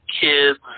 kids